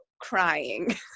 crying